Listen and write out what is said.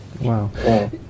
Wow